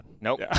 Nope